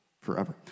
Forever